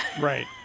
Right